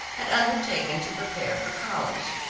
had undertaken to prepare for college,